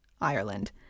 ireland